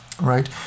Right